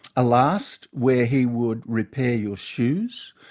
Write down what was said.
a last where he would repair your shoes.